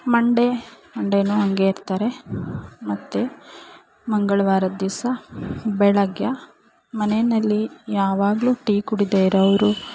Monday ಮಂಡೇನು ಹಾಗೆ ಇರ್ತಾರೆ ಮತ್ತು ಮಂಗಳವಾರದ್ ದಿವಸ ಬೆಳಗ್ಗೆ ಮನೆಯಲ್ಲಿ ಯಾವಾಗ್ಲೂ ಟೀ ಕುಡಿಯದೇ ಇರೋವ್ರು